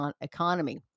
economy